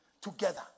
together